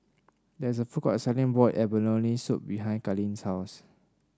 there is a food court selling Boiled Abalone Soup behind Kalene's house